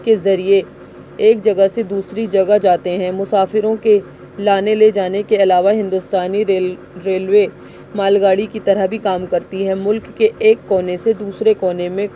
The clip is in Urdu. کے ذریعے ایک جگہ سے دوسری جگہ جاتے ہیں مسافروں کے لانے لے جانے کے علاوہ ہندوستانی ریل ریلوے مال گاڑی کی طرح بھی کام کرتی ہے ملک کے ایک کونے سے دوسرے کونے میں